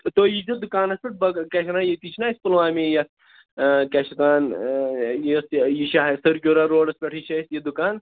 تُہۍ یی زیٚو دُکانَس پٮ۪ٹھ بہٕ کیٛاہ چھِ اَتھ وَنان ییٚتی چھِنا أسۍ پُلوامی یَتھ کیٛاہ چھِ اَتھ وَنان یۄس یہِ چھِ حظ سٔرکیوٗرا روڈَس پٮ۪ٹھٕے چھِ اَسہِ یہِ دُکان